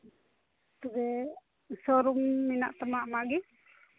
ᱛᱚᱵᱮ ᱥᱳᱨᱩᱢ ᱢᱮᱱᱟᱜ ᱛᱟᱢᱟ ᱚᱱᱟᱜᱮ